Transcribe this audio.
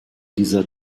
dieser